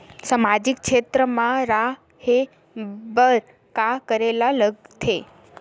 सामाजिक क्षेत्र मा रा हे बार का करे ला लग थे